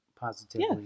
positively